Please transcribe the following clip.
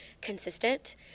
consistent